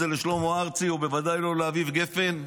זה לשלמה ארצי ובוודאי לא לאביב גפן.